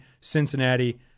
Cincinnati